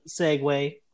segue